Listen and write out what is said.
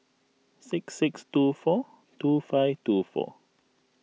six six two four two five two four